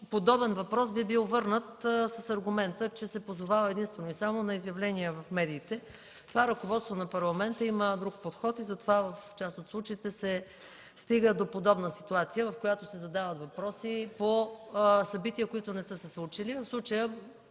подобен въпрос би бил върнат с аргумента, че се позовава единствено и само на изявления в медиите. (Реплика от ГЕРБ.) Това ръководство на Парламента има друг подход и затова в част от случаите се стига до подобна ситуация, в която се задават въпроси по събития, които не са се случили. В случая